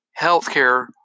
Healthcare